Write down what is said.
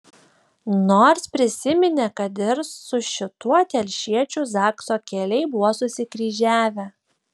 nors prisiminė kad ir su šituo telšiečiu zakso keliai buvo susikryžiavę